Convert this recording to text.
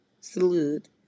Salute